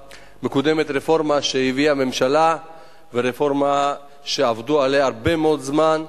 רפורמה שהביאה הממשלה ורפורמה שעבדו עליה הרבה מאוד זמן,